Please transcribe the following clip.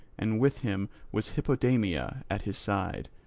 and with him was hippodameia at his side,